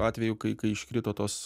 atveju kai kai iškrito tos